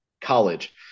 college